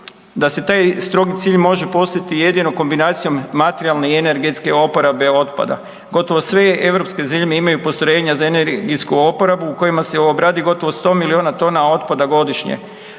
da se taj strogi cilj može postići jedino kombinacijom materijalne i energetske oporabe otpada, gotovo sve europske zemlje imaju postrojenja za energetsku oporabu u kojima se obradi gotovo 100 milijuna tona otpada godišnje,